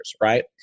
right